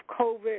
covid